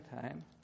time